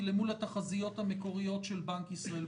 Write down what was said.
אל מול התחזיות המקוריות של בנק ישראל.